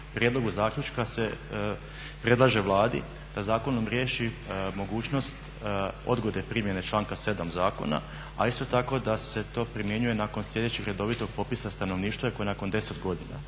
prijedlogu zaključka se predlaže Vladi da zakonom riješi mogućnost odgode primjene članka 7. zakona. A isto tako da se to primjenjuje nakon sljedećeg redovitog popisa stanovništva koje je nakon 10 godina.